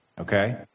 okay